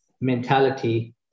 mentality